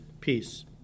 peace